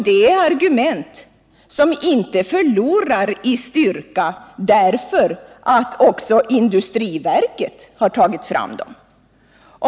Det är argument som inte förlorar i styrka därför att även industriverket tagit fram dem.